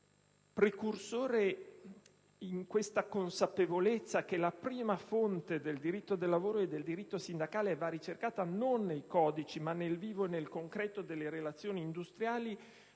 Precursore in questa consapevolezza che la prima fonte del diritto del lavoro e del diritto sindacale va cercata non nei codici, ma nel vivo e nel concreto delle relazioni industriali,